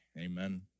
Amen